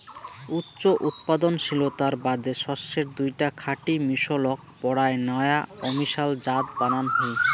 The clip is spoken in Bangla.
উচ্চ উৎপাদনশীলতার বাদে শস্যের দুইটা খাঁটি মিশলক পরায় নয়া অমিশাল জাত বানান হই